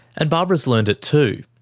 and barbara's learned it too.